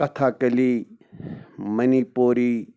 کَتھا کٔلی منِپوری